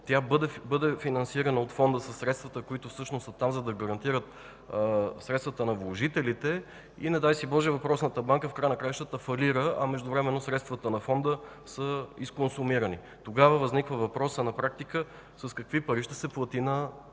тя бъде финансирана от Фонда със средствата, които всъщност са там, за да гарантират средствата на вложителите и, не дай си Боже, въпросната банка в края на краищата фалира, а междувременно средствата на Фонда са изконсумирани. Тогава възниква въпросът: на практика с какви пари ще се плати на